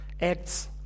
Acts